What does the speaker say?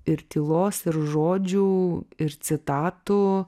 ir tylos ir žodžių ir citatų